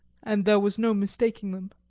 and there was no mistaking them.